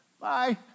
bye